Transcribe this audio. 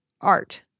art